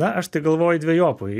aš tai galvoju dvejopai